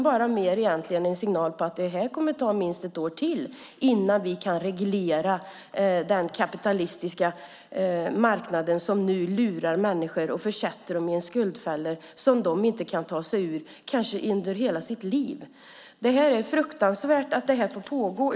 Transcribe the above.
Snarare var det en signal om att det kommer att ta minst ett år till innan vi kan reglera den kapitalistiska marknad som nu lurar människor och försätter dem i skuldfällor som de kanske inte kan ta sig ur ens under hela sitt liv. Det är fruktansvärt att detta får pågå!